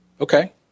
Okay